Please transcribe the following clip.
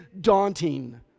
daunting